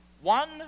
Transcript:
one